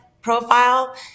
profile